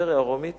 באימפריה הרומית